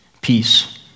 peace